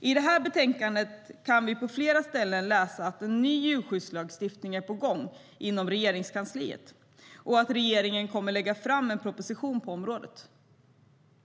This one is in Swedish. I betänkandet kan vi på flera ställen läsa att en ny djurskyddslagstiftning är på gång inom Regeringskansliet och att regeringen kommer att lägga fram en proposition på området.